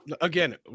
Again